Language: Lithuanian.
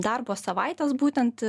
darbo savaites būtent